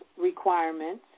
requirements